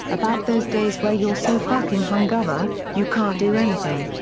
about those days where you're so fucking hungover, you can't do anything.